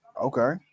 okay